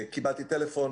קיבלתי טלפון,